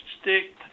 stick